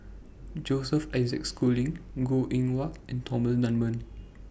Joseph Isaac Schooling Goh Eng Wah and Thomas Dunman